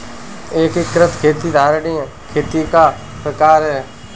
एकीकृत खेती धारणीय खेती का प्रकार है